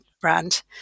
brand